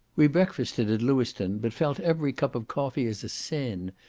we breakfasted at lewiston, but felt every cup of coffee as a sin,